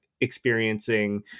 experiencing